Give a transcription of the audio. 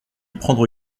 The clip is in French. prendre